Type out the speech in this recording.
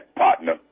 partner